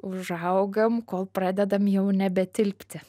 užaugam kol pradedam jau nebetilpti